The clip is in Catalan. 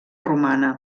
romana